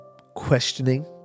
questioning